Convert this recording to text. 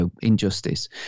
injustice